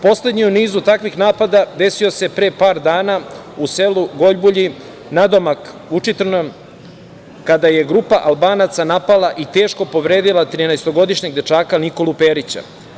Poslednji u nizu takvih napada desio se pre par dana u selu Gojbulji nadomak Vučitrna, kada je grupa Albanaca napala i teško povredila 13-godišnjeg dečaka Nikolu Perića.